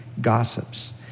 gossips